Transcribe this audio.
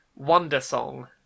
Wondersong